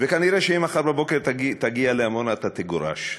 וכנראה אם מחר בבוקר תגיע לעמונה, אתה תגורש.